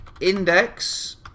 index